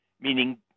meaning